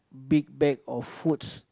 big bag of foods